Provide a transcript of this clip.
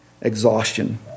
exhaustion